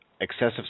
excessive